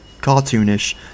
cartoonish